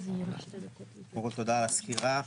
תודה על הסקירה.